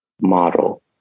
model